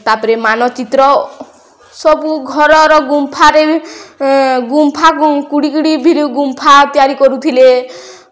ତା'ପରେ ମାନଚିତ୍ର ସବୁ ଘରର ଗୁମ୍ଫାରେ ଗୁମ୍ଫା ଗୁମ୍ଫା ତିଆରି କରୁଥିଲେ